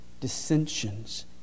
dissensions